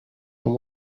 and